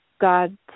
God